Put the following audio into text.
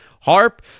Harp